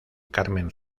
carmen